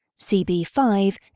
CB5